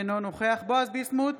אינו נוכח בועז ביסמוט,